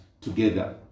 together